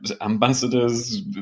ambassadors